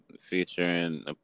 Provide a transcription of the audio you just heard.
featuring